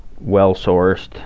well-sourced